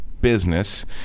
business